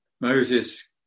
Moses